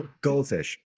Goldfish